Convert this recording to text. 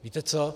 Víte co?